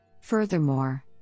Furthermore